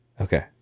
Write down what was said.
Okay